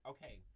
Okay